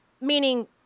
meaning